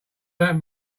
that